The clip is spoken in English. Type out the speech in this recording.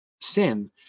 sin